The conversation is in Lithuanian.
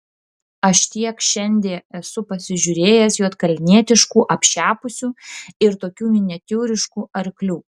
aš tiek šiandie esu pasižiūrėjęs juodkalnietiškų apšepusių ir tokių miniatiūriškų arklių